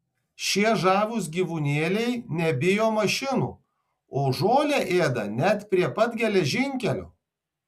šie žavūs gyvūnėliai nebijo mašinų o žolę ėda net prie pat geležinkelio